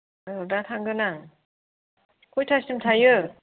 औ दा थांगोन आं खयथासिम थायो